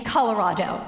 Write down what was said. Colorado